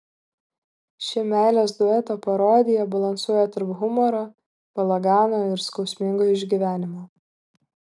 ši meilės dueto parodija balansuoja tarp humoro balagano ir skausmingo išgyvenimo